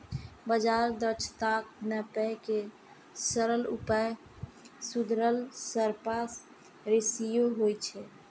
बाजार दक्षताक नापै के सरल उपाय सुधरल शार्प रेसियो होइ छै